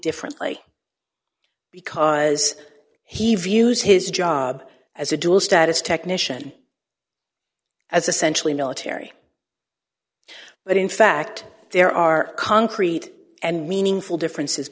differently because he views his job as a dual status technician as essential a military but in fact there are concrete and meaningful differences